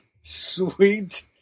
sweet